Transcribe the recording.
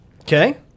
Okay